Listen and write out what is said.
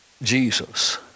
jesus